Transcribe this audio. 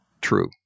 true